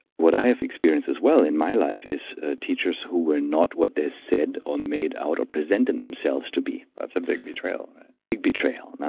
what i have experienced as well in my life is teachers who were not what they said or made out or presented themselves to be that's a big betrayal big betrayal. and